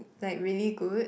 like really good